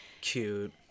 Cute